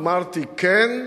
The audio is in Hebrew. אמרתי: כן.